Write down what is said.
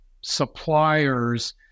suppliers